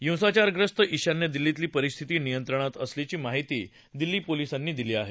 हिंसाचार्यस्त ईशान्य दिल्लीतली परिस्थिती नियंत्रणात असल्याची माहिती दिल्ली पोलिसांनी दिली आहे